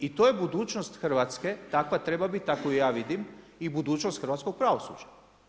I to je budućnost Hrvatske, takva treba biti, tako ju ja vidim i budućnost hrvatskog pravosuđa.